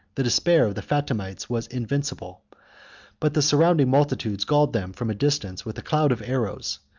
the despair of the fatimites was invincible but the surrounding multitudes galled them from a distance with a cloud of arrows,